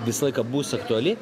visą laiką bus aktuali